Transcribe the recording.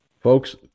folks